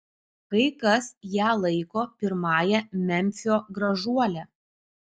kai kas ją laiko pirmąja memfio gražuole